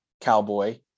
Cowboy